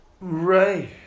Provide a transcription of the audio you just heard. Right